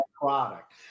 product